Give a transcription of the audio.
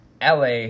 LA